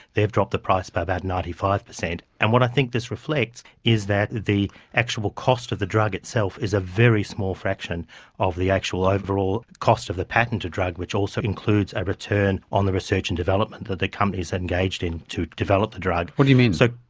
they've dropped the price by about ninety five percent. and what i think this reflects is that the actual cost of the drug itself is a very small fraction of the actual overall cost of the patented drug which also includes a return on the research and development that the company's engaged in to develop the drug. what do you mean? so